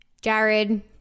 Jared